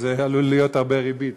אז זה עלול להיות הרבה ריבית.